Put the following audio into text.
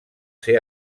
ser